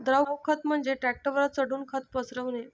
द्रव खत म्हणजे ट्रकवर चढून खत पसरविणे